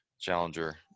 Challenger